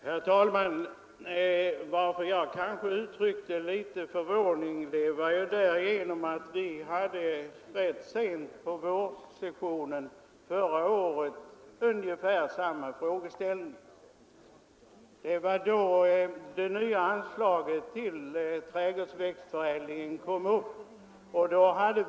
Herr talman! Anledningen till att jag uttryckte en viss förvåning var att vi sent på vårsessionen förra året hade att ta ställning till ungefär samma spörsmål som nu. Vi hade att behandla det då nya anslaget till trädgårdsväxtförädlingen.